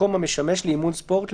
מקום המשמש לאימון ספורט,